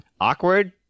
awkward